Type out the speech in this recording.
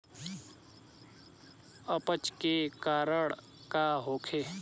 अपच के कारण का होखे?